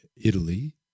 Italy